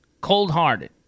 cold-hearted